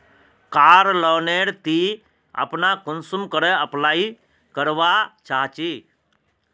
कार loan नेर ती अपना कुंसम करे अप्लाई करवा चाँ चची?